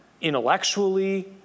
Intellectually